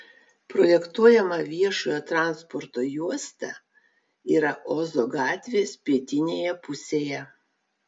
projektuojama viešojo transporto juosta yra ozo gatvės pietinėje pusėje